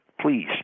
Please